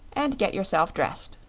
and get yourself dressed.